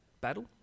battle